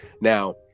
now